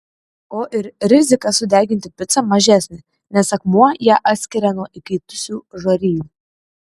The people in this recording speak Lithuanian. o ir rizika sudeginti picą mažesnė nes akmuo ją atskiria nuo įkaitusių žarijų